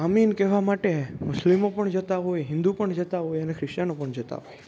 આમીન કહેવા માટે મુસ્લિમો પણ જતાં હોય હિન્દુ પણ જતાં હોય અને ખ્રીસ્ચનો પણ જતાં હોય